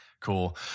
Cool